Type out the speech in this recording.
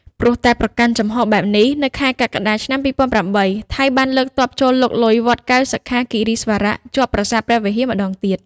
ព្រោះតែប្រកាន់ជំហបែបនេះ នៅខែកក្កដា ឆ្នាំ២០០៨ ថៃបានលើកទ័ពចូលលុកលុយវត្តកែវសិក្ខាគិរីស្វារៈ ជាប់ប្រាសាទព្រះវិហារម្ដងទៀត។